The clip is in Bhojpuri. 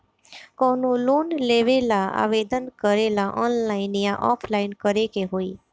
कवनो लोन लेवेंला आवेदन करेला आनलाइन या ऑफलाइन करे के होई?